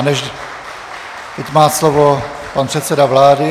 Teď má slovo pan předseda vlády.